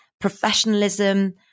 professionalism